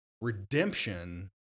Redemption